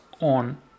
on